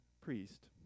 priest